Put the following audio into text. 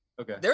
Okay